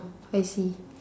I see